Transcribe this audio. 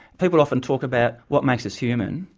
people often talk about what makes us human,